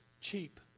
cheap